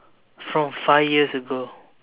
from five years ago